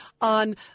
on